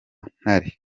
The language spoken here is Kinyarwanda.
ntare